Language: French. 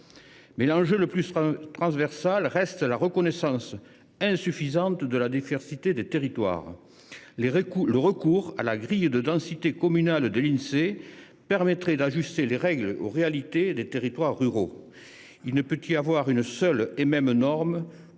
dit, l’enjeu le plus transversal reste la reconnaissance insuffisante de la diversité des territoires. Le recours à la grille de densité communale de l’Insee permettrait d’ajuster les règles aux réalités des territoires ruraux. Il ne peut y avoir une seule et même norme